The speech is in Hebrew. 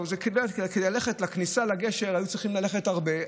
כדי להגיע לכניסה לגשר היו צריכים ללכת הרבה.